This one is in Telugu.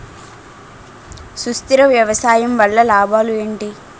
సుస్థిర వ్యవసాయం వల్ల లాభాలు ఏంటి?